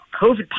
COVID